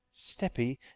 steppy